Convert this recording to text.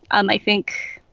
um i think.